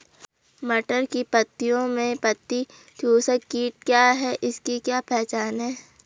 मटर की पत्तियों में पत्ती चूसक कीट क्या है इसकी क्या पहचान है?